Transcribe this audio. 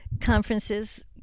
conferences